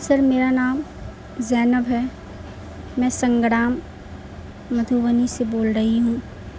سر میرا نام زینب ہے میں سنگگرام مدھوبنی سے بول رہی ہوں